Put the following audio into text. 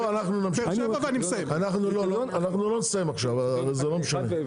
אנחנו לא נסיים עכשיו זה לא משנה,